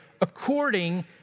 according